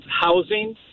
housing